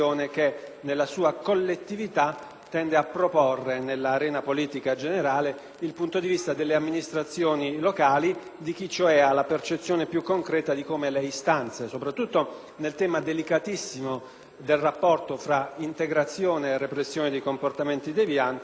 il punto di vista delle amministrazioni locali, di chi cioè ha la percezione più concreta di come le istanze, soprattutto nel tema delicatissimo del rapporto tra integrazione e repressione dei comportamenti devianti, si atteggino sul territorio. La storia dell'emendamento 4.104 è questa;